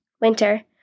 Winter